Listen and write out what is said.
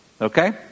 okay